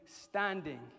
standing